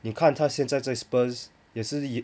你看他现在在 Spurs 也是